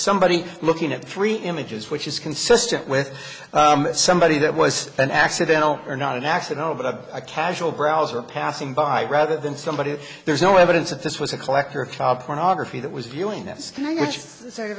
somebody looking at three images which is consistent with somebody that was an accidental or not an accident but a casual browser passing by rather than somebody if there's no evidence that this was a collector of child pornography that was viewing th